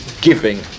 giving